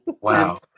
Wow